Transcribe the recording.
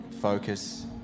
focus